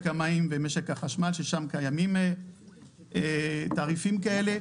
המים ומשק החשמל ששם קיימים תעריפים כאלה.